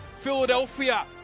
Philadelphia